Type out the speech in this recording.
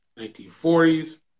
1940s